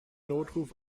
notruf